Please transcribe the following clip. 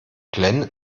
glenn